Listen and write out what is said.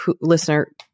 listener